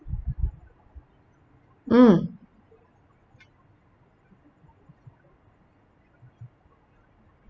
mm